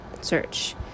search